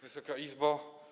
Wysoka Izbo!